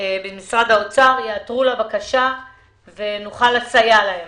במשרד האוצר, יעתרו לבקשה ונוכל לסייע להם.